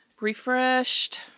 refreshed